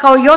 kao i